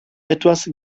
etwas